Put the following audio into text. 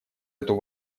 эту